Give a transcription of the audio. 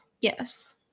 Yes